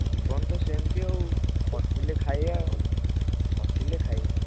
ଜୀବନ ତ ସେମିତି ଆଉ ଖଟିଲେ ଖାଇବା ଆଉ ଖଟିଲେ ଖାଇବା